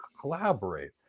collaborate